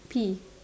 P